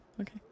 Okay